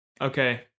Okay